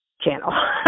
channel